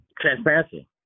Transparency